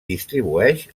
distribueix